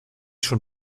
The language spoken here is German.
schon